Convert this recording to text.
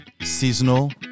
seasonal